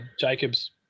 Jacobs